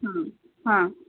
ಹ್ಞೂ ಹಾಂ